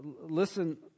listen